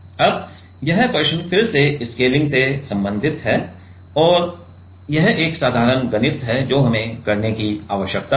अब यह प्रश्न फिर से स्केलिंग से संबंधित है और यह एक साधारण गणित है जो हमें करने की आवश्यकता है